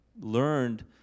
learned